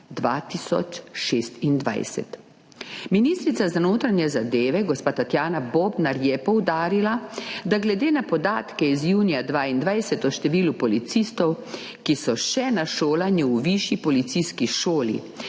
2026. Ministrica za notranje zadeve gospa Tatjana Bobnar je poudarila, da glede na podatke iz junija 2022 o številu policistov, ki so še na šolanju v višji policijski šoli,